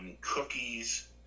Cookies